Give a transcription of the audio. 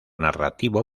narrativo